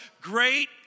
great